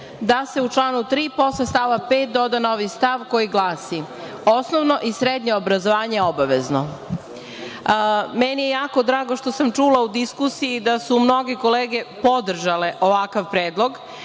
da se u članu 3. posle stava 5. doda novi stav koji glasi: „Osnovno i srednje obrazovanje je obavezno.“Meni je jako drago što sam čula u diskusiji da su mnoge kolege podržale ovakava predlog